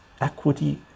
equity